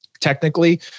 technically